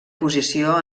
posició